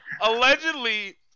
Allegedly